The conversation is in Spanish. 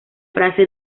frase